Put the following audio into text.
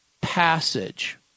passage